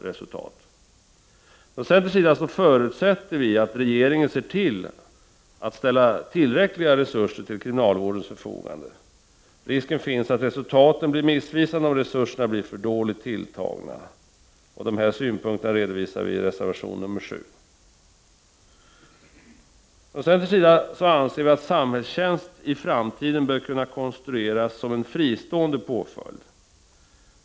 Från centerns sida förutsätter vi att regeringen ställer tillräckliga resurser till kriminalvårdens förfogande. Risken finns att resultaten blir missvisande, om resurserna blir för dåligt tilltagna. Dessa synpunkter redovisas i reservation nr 7. Centern anser att samhällstjänst i framtiden bör kunna konstrueras som en fristående påföljd.